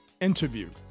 interview